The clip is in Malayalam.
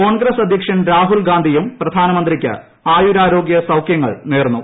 കോൺഗ്രസ് അദ്ധ്യക്ഷൻ രാഹുൽഗാന്ധിയും പ്രധാനമന്ത്രിക്ക് ആയുരാരോഗ്യ സൌഖ്യങ്ങൾ നേർന്നു